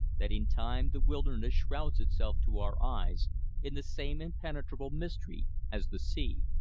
that in time the wilderness shrouds itself to our eyes in the same impenetrable mystery as the sea.